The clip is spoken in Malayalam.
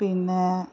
പിന്നെ